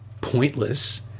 pointless